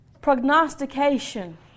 Prognostication